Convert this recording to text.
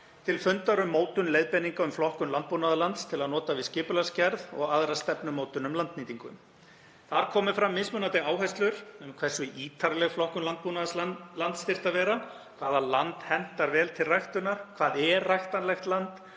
til fundar um mótun leiðbeininga um flokkun landbúnaðarlands til að nota við skipulagsgerð og aðra stefnumótun um landnýtingu. Þar komu fram mismunandi áherslur um hversu ítarleg flokkun landbúnaðarlands þyrfti að vera, hvaða land hentar vel til ræktunar, hvað er ræktanlegt land